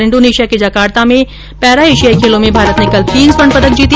Indonesia के Jakarta में para एशियाई खेलों में भारत ने कल तीन स्वर्ण पदक जीते